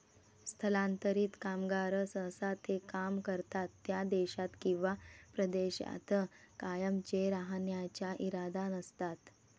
स्थलांतरित कामगार सहसा ते काम करतात त्या देशात किंवा प्रदेशात कायमचे राहण्याचा इरादा नसतात